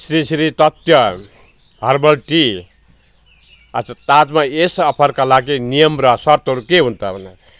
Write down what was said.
Shri Shri Tattva herbal tea अच्छा साथमा yes अफरका लागि नियम र सर्तहरू के हुन् त भन्दाखेरि